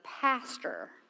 pastor